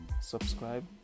subscribe